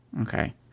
Okay